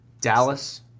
Dallas